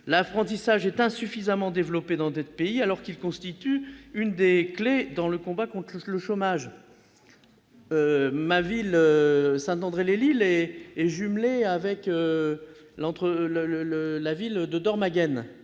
L'apprentissage est insuffisamment développé dans notre pays, alors qu'il constitue une des clefs du succès dans le combat contre le chômage. Ma ville, Saint-André-Lez-Lille, est jumelée avec la ville allemande